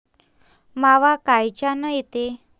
मावा कायच्यानं येते?